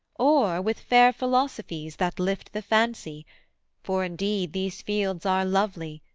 or with fair philosophies that lift the fancy for indeed these fields are lovely,